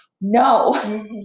no